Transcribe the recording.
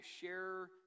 share